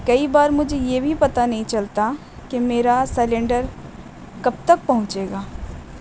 کئی بار مجھے یہ بھی پتا نہیں چلتا کہ میرا سلینڈر کب تک پہنچے گا